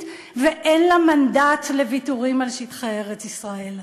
ואין לה מנדט לוויתורים על שטחי ארץ-ישראל.